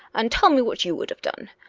and tell me what you would have done.